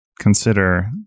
consider